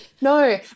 No